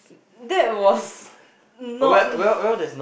that was not